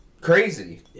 Crazy